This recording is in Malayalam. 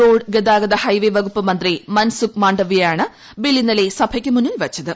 റോഡ് ഗതാഗത ഹൈവേ വകുപ്പ് മന്ത്രി മൻസുഖ് മാണ്ഡവ്യ ആണ് ബിൽ ഇന്നലെ സഭയ്ക്കു മുന്നിൽ വച്ചത്